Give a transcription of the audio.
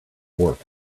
work